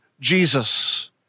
Jesus